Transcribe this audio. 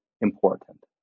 important